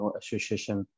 association